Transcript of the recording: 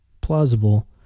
plausible